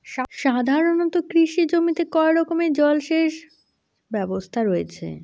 সাধারণত কৃষি জমিতে কয় রকমের জল সেচ ব্যবস্থা রয়েছে?